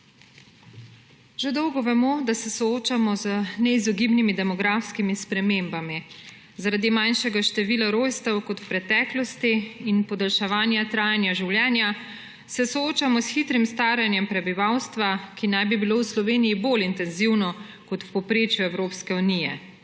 Že dolgo vemo, da se soočamo z neizogibnimi demografskimi spremembami. Zaradi manjšega števila rojstev kot v preteklosti in podaljševanja trajanja življenja se soočamo s hitrim staranjem prebivalstva, ki naj bi bilo v Sloveniji bolj intenzivno kot v povprečju Evropske unije.